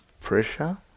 pressure